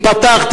חשוכות.